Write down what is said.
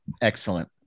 Excellent